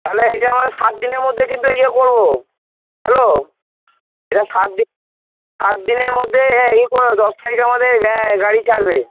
তাহলে এইটা আমরা সাত দিনের মধ্যে কিন্তু ইয়ে করবো হ্যালো এটা সাতদিন সাতদিনের মধ্যে ইয়ে দশ তারিখের মধ্যে গাড়ি ছাড়বে